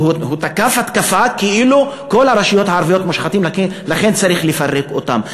הוא תקף כאילו בכל הרשויות הערביות מושחתים ולכן צריך לפרק אותן.